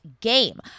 game